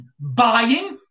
buying